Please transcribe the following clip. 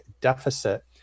deficit